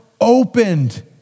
opened